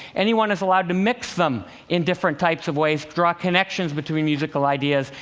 anyone is allowed to mix them in different types of ways, draw connections between musical ideas,